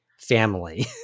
family